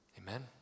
Amen